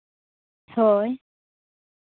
ᱦᱳᱭ